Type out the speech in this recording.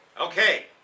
Okay